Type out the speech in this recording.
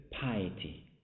piety